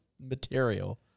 material